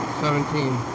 seventeen